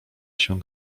się